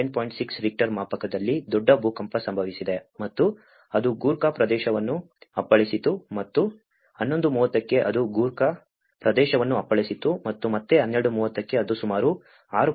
6 Richter ಮಾಪಕದಲ್ಲಿ ದೊಡ್ಡ ಭೂಕಂಪ ಸಂಭವಿಸಿದೆ ಮತ್ತು ಅದು ಗೂರ್ಖಾ ಪ್ರದೇಶವನ್ನು ಅಪ್ಪಳಿಸಿತು ಮತ್ತು 1130 ಕ್ಕೆ ಅದು ಗೂರ್ಖಾ ಪ್ರದೇಶವನ್ನು ಅಪ್ಪಳಿಸಿತು ಮತ್ತು ಮತ್ತೆ 1230 ಕ್ಕೆ ಅದು ಸುಮಾರು 6